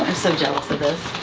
so jealous of this.